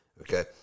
Okay